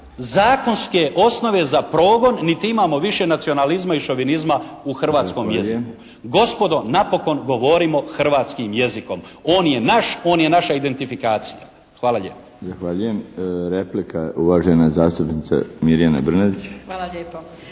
zakonske osnove za progon, niti imamo više nacionalizma i šovinizma u hrvatskom jeziku. Gospodo, napokon govorimo hrvatskim jezikom. On je naš, on je naša identifikacija. Hvala lijepo.